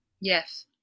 Yes